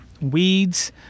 weeds